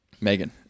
Megan